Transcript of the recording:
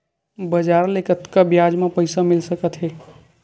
बजार ले कतका ब्याज म पईसा मिल सकत हे?